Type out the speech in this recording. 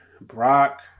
Brock